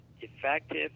effective